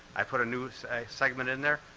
i put a new segment in there.